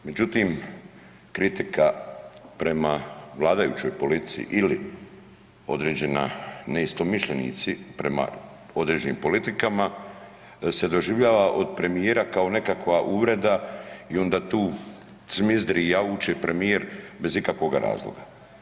Međutim, kritika prema vladajućoj politici ili određena neistomišljenici prema određenim politikama se doživljava od premijera kao nekakva uvreda i onda tu cmizdri i jauče premijer bez ikakvoga razloga.